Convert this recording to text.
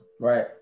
Right